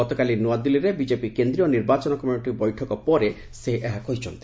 ଗତକାଲି ନୂଆଦିଲ୍ଲୀରେ ବିଜେପି କେନ୍ଦ୍ରୀୟ ନିର୍ବାଚନ କମିଟି ବୈଠକ ପରେ ସେ ଏହା କହିଚ୍ଛନ୍ତି